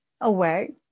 away